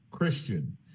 Christian